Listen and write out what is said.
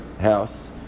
house